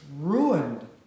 ruined